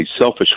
selfish